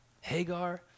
Hagar